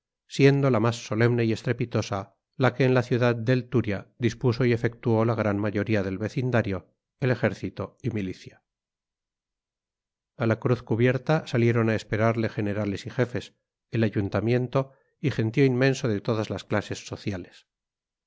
siendo la más solemne y estrepitosa la que en la ciudad del turia dispuso y efectuó la gran mayoría del vecindario el ejército y milicia a la cruz cubierta salieron a esperarle generales y jefes el ayuntamiento y gentío inmenso de todas las clases sociales